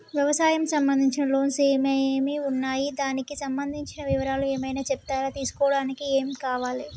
వ్యవసాయం సంబంధించిన లోన్స్ ఏమేమి ఉన్నాయి దానికి సంబంధించిన వివరాలు ఏమైనా చెప్తారా తీసుకోవడానికి ఏమేం కావాలి?